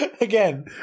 Again